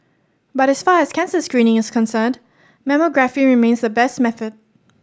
but as far as cancer screening is concerned mammography remains the best method